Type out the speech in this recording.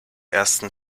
ersten